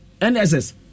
NSS